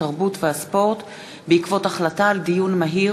התרבות והספורט בעקבות דיון מהיר